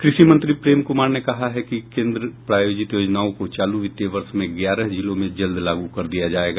कृषि मंत्री प्रेम कुमार ने कहा है कि केंद्र प्रायोजित योजनाओं को चालू वित्तीय वर्ष में ग्यारह जिलों में जल्द लागू कर दिया जायेगा